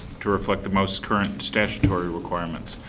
to reflect the most current statutory requirements,